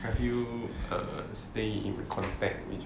have you err stay in contact with